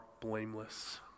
blameless